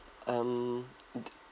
um